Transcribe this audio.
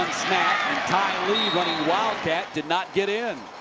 that ty lee running wildcat did not get in.